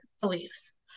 beliefs